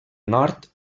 nord